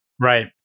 Right